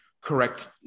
correct